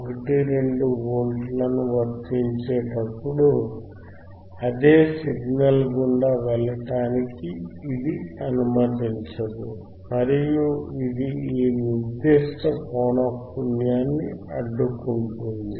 12 వోల్ట్లను వర్తించేటప్పుడు అదే సిగ్నల్ గుండా వెళ్ళడానికి ఇది అనుమతించదు మరియు ఇది ఈ నిర్దిష్ట పౌనఃపున్యాన్ని అడ్డుకుంటుంది